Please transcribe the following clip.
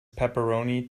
pepperoni